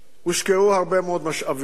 הושקעו הרבה מאוד משאבים,